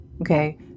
Okay